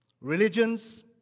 Religions